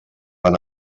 van